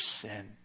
sin